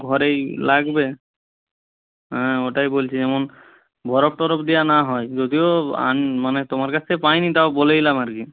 ঘরেই লাগবে হ্যাঁ ওটাই বলছি যেমন বরফ টরফ দেওয়া না হয় যদিও মানে তোমার কাছ থেকে পাইনি তাও বলে দিলাম আর কি